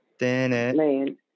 Man